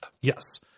Yes